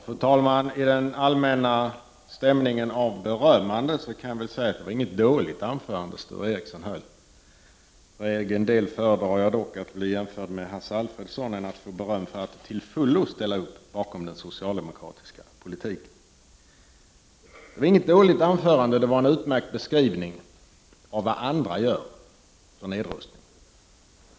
Fru talman! I den allmänna stämningen av berömmanden kan jag väl säga att det inte var något dåligt anförande som Sture Ericson höll. För egen del föredrar jag dock att bli jämförd med Hasse Alfredson framför att få beröm för att till fullo ställa mig bakom den socialdemokratiska politiken. Det var alltså inget dåligt anförande som Sture Ericson höll, utan det var en utmärkt beskrivning av vad andra gör för nedrustningen.